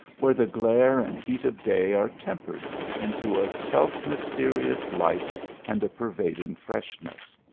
where the glare and heat of day are tempered into a self-mysterious light and a pervading fresh ness.